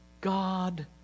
God